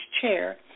chair